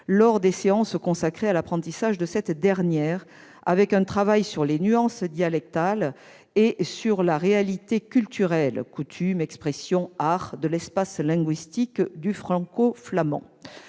lors des séances consacrées à l'apprentissage de cette dernière ; un travail peut être mené sur les nuances dialectales et sur les réalités culturelles- coutumes, expressions, art -de l'espace linguistique du franco-flamand.